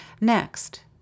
Next